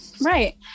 Right